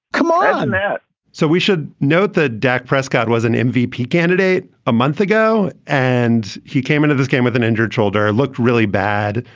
come on, matt so we should note that dak prescott was an mvp candidate a month ago and he came into this game with an injured shoulder, looked really bad.